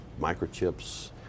microchips